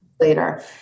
later